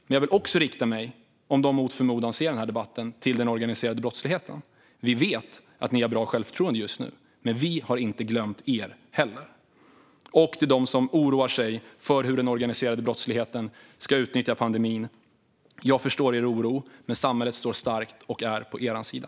Men jag vill också rikta mig till den organiserade brottsligheten, om man mot förmodan ser denna debatt: Vi vet att ni har bra självförtroende just nu. Men vi har inte glömt er heller. Till dem som oroar sig för hur den organiserade brottsligheten ska utnyttja pandemin vill jag säga: Jag förstår er oro. Men samhället står starkt och är på er sida.